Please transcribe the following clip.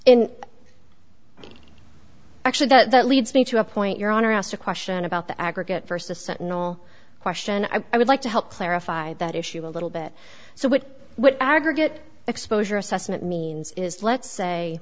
in actually that leads me to a point your honor asked a question about the aggregate versus sentinel question i would like to help clarify that issue a little bit so what aggregate exposure assessment means is let's say